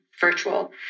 virtual